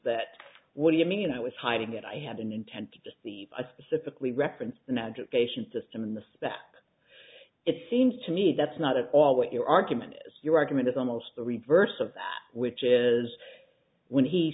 that what do you mean i was hiding it i had an intent to deceive i specifically referenced an education system in this space it seems to me that's not at all what your argument is your argument is almost the reverse of which is when he